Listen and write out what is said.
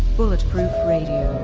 bulletproof radio,